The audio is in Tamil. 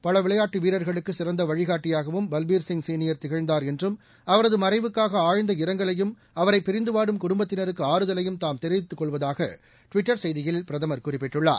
பலவிளையாட்டுவீரர்களுக்குசிறந்தவழிகாட்டியாகவும் பல்பீர் சிங் சீனியர் திகழந்தார் என்றும் அவரதுமறைவுக்காகஆழ்ந்த இரங்கலையும் அவரைபிரிந்துவாடும் குடும்பத்தினருக்குஆறுதலையும் தாம் தெரிவித்துக் கொள்வதாகடுவிட்டர் செய்தியில் பிரதமர் குறிப்பிட்டுள்ளார்